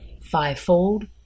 fivefold